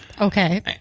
Okay